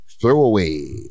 throwaway